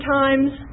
times